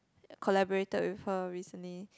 collaborated with her recently